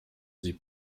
sie